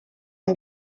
mon